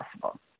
possible